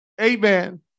amen